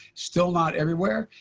still not everywhere.